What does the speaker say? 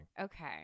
Okay